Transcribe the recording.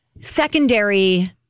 secondary